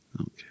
Okay